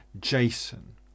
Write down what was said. Jason